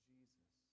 Jesus